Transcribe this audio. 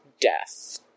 death